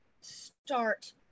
start